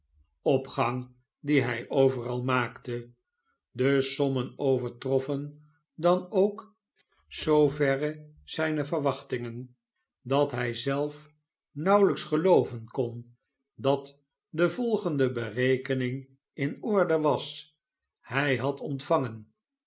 opgang dien hij overal maakte de sommen overtroffen dan ookzoo verre zijne verwachting dat hij zelf nauwelijks gelooven kon dat de volgende berekening in orde was hij had ontvangen